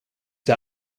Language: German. der